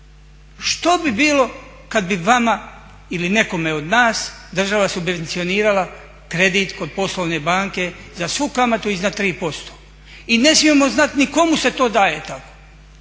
Što bi bilo kad bi vama ili nekome od nas država subvencionirala kredit kod poslovne banke za svu kamatu iznad 3%? I ne smijemo znat ni komu se to daje tko,